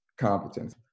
competence